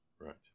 Right